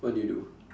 what did you do